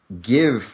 give